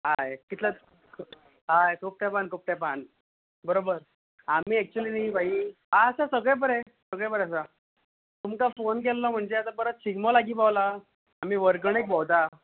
आं हय खूब तेपान खूब तेपान बरोबर आमी एकच्यूली न्हय भाई आसा सगळें बरे सगळे बरे आसा तुमकां फोन केल्लो म्हणजे परत शिगमो लागी पावल्या आमी वर्गणिक भोवतां